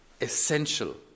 essential